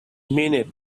minute